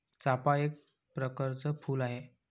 चाफा एक प्रकरच फुल आहे